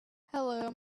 hello